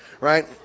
right